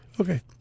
Okay